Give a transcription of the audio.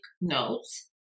notes